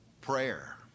Prayer